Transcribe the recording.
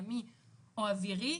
ימי או אווירי,